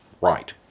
Right